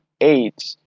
eight